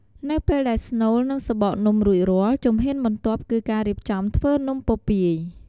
នៅពេលដែលស្នូល និងសំបកនំរួចរាល់ ជំហានបន្ទាប់គឺការរៀបចំធ្វើនំពពាយ។